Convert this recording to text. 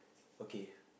okay